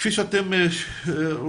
כפי שאתם רואים,